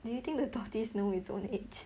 do you think the tortoise know it's own age